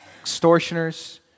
extortioners